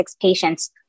patients